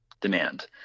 demand